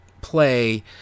play